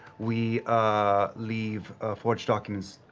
we ah leave forged documents,